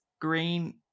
green